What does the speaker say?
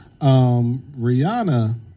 Rihanna